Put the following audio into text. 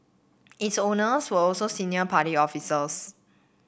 its owner were also senior party officers